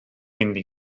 indi